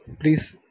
please